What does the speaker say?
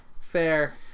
Fair